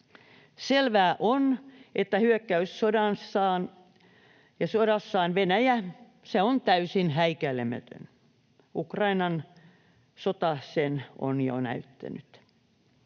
Selvää on, että hyökkäyssodassaan Venäjä on täysin häikäilemätön. Ukrainan sota sen on jo näyttänyt.